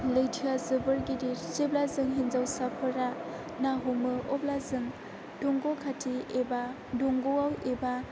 लैथोआ जोबोर गिदिर जेब्ला जों हिन्जावसाफोरा ना हमो अब्ला जों दंग' खाथि एबा दंग'आव एबा